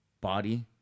body